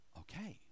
okay